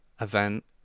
event